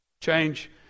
change